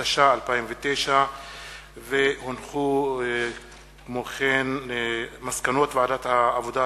התש"ע 2009. מסקנות ועדת העבודה,